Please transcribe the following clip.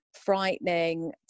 frightening